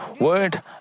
word